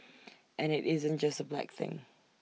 and IT isn't just A black thing